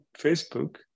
Facebook